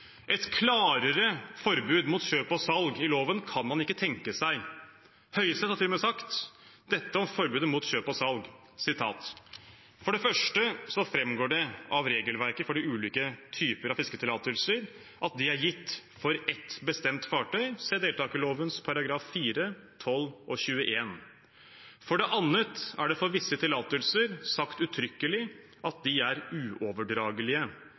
Et klarere forbud mot kjøp og salg i loven kan man ikke tenke seg. Høyesterett har til og med sagt dette om forbudet mot kjøp og salg: «For det første fremgår det av regelverket for de ulike typer av fisketillatelser at de er gitt for ett bestemt fartøy, se deltakerloven § 4, § 12 og § 21. For det annet er det for visse tillatelser sagt uttrykkelig at de er uoverdragelige